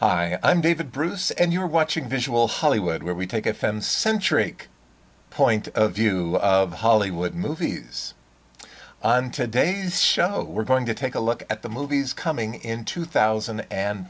hi i'm david bruce and you're watching visual hollywood where we take offense century point of view of hollywood movies and today's show we're going to take a look at the movies coming in two thousand and